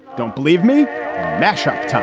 don't believe me mattea